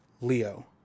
Leo